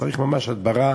צריך ממש הדברה